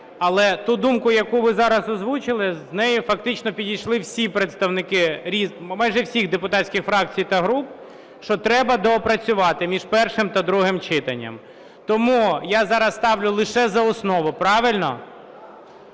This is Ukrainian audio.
Але ту думку, яку ви зараз озвучили, з нею фактично підійшли всі представники майже всіх депутатських фракцій та груп, що треба доопрацювати між першим та другим читанням. Тому я зараз ставлю лише за основу. Правильно?